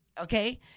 okay